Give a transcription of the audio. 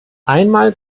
einmal